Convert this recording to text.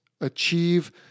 achieve